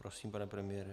Prosím, pane premiére.